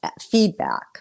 feedback